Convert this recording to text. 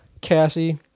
Cassie